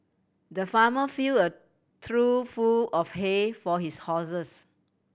the farmer fill a trough full of hay for his horses